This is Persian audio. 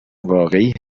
واقعی